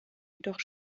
jedoch